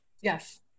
yes